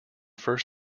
first